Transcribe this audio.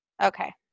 Okay